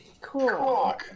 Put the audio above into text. Cool